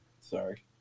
Sorry